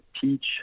teach